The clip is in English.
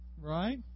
right